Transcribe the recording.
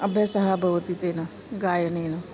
अभ्यासः भवति तेन गायनेन